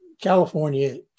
California